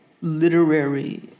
literary